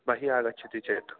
बहिः आगच्छति चेत्